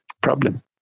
problem